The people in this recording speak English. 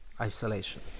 isolation